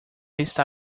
está